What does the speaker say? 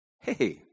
Hey